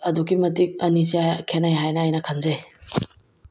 ꯑꯗꯨꯛꯀꯤ ꯃꯇꯤꯛ ꯑꯅꯤꯁꯦ ꯈꯦꯠꯅꯩ ꯍꯥꯏꯅ ꯑꯩꯅ ꯈꯟꯖꯩ